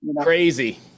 Crazy